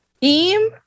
Team